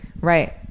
Right